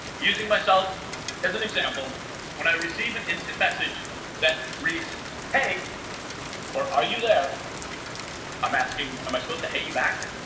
using myself as an example when i receive an instant message that reads hey or are you there i'm asking am i supposed to hate you back